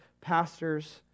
pastors